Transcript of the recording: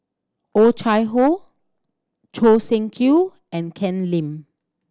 Oh Chai Hoo Choo Seng Quee and Ken Lim